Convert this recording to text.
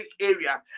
area